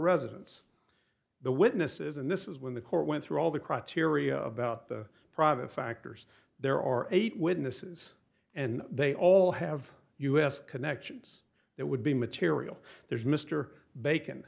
residents the witnesses and this is when the court went through all the criteria about the private factors there are eight witnesses and they all have u s connections that would be material there's mr bacon